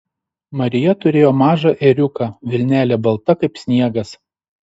marija turėjo mažą ėriuką vilnelė balta kaip sniegas